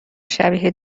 شبیه